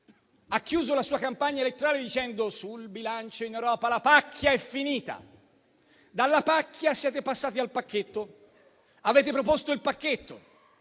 ha chiuso la sua campagna elettorale dicendo: sul bilancio in Europa la pacchia è finita. Dalla pacchia siete passati al pacchetto. Avete proposto il pacchetto.